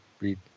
read